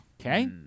Okay